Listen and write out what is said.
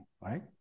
right